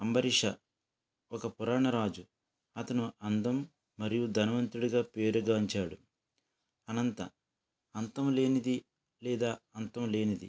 అంబరీష ఒక పురాణ రాజు అతను అందం మరియు ధనవంతుడిగా పేరుగాంచాడు అనంత అంతము లేనిది లేదా అంతం లేనిది